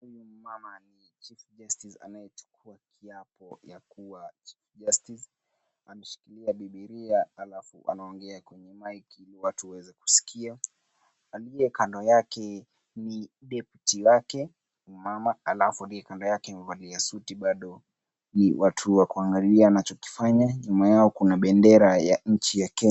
Huyu mama ni chief justice anayechukua kiapo ya kuwa chief justice . Ameshikilia biblia halafu anaongea kwenye mic ili watu waweze kuskia. Aliye kando yake ni deputy wake mmama halafu aliye kando yake amevalia suti bado ni watu wa kuangalia anachokifanya. Nyuma yao kuna bendera ya nchi ya Kenya.